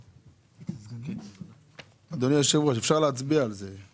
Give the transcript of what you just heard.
אדוני היושב-ראש, אפשר להצביע על זה.